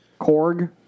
Korg